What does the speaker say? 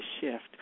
shift